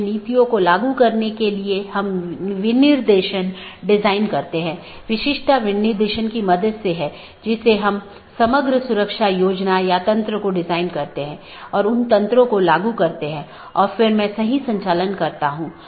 और BGP protocol के तहत एक BGP डिवाइस R6 को EBGP के माध्यम से BGP R1 से जुड़ा हुआ है वहीँ BGP R3 को BGP अपडेट किया गया है और ऐसा ही और आगे भी है